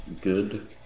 good